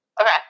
Okay